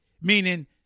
meaning